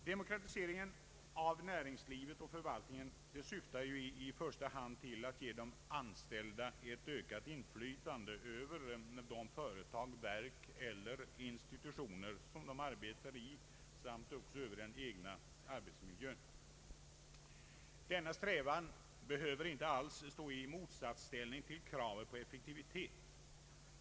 Demokratiseringen av näringslivet och förvaltningen syftar i första hand till att ge de anställda ett ökat inflytande över de företag, verk eller institutioner som de arbetar i samt över den egna arbetsmiljön. Denna strävan behöver inte alls stå i motsatsställning till kravet på effektivitet.